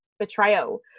betrayal